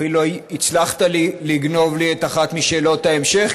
אפילו הצלחת לגנוב לי את אחת משאלות ההמשך,